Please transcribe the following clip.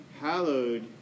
Hallowed